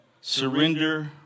surrender